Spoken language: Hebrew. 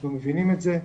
אנחנו מבינים את זה,